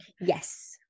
Yes